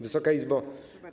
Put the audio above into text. Wysoka Izbo!